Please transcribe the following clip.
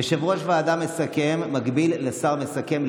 יושב-ראש ועדה מסכם מקביל לשר מסכם,